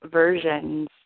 versions